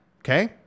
Okay